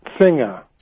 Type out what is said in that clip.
Singer